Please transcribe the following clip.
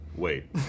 wait